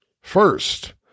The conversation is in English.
First